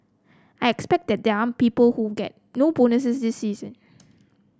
I expect that there are people who get no bonus this season